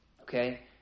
Okay